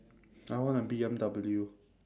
I want a B_M_W